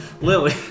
Lily